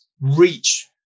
reach